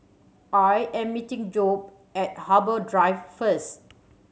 I am meeting Jobe at Harbour Drive first